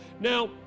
Now